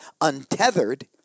untethered